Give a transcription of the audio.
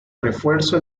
refuerzo